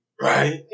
Right